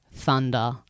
Thunder